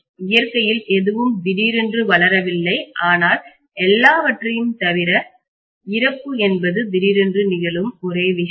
இயற்கையில் எதுவும் திடீரென்று வளரவில்லை ஆனால் எல்லாவற்றையும் தவிர இறப்பு என்பது திடீரென்று நிகழும் ஒரே விஷயம்